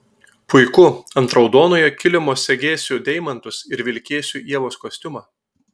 puiku ant raudonojo kilimo segėsiu deimantus ir vilkėsiu ievos kostiumą